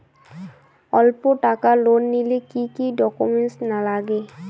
অল্প টাকার লোন নিলে কি কি ডকুমেন্ট লাগে?